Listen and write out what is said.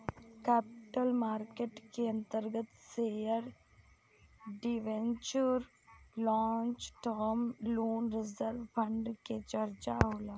capital market के अंतर्गत share debenture long term loan reserve fund के चर्चा होला